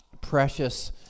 precious